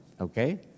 okay